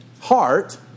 heart